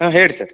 ಹಾಂ ಹೇಳ್ರಿ ಸರ್